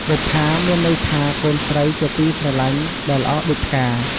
បុប្ផា មានន័យថាកូនស្រីជាទីស្រលាញ់ដែលល្អដូចផ្កា។